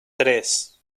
tres